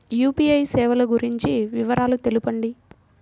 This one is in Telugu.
యూ.పీ.ఐ సేవలు గురించి వివరాలు తెలుపండి?